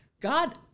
God